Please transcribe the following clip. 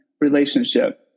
relationship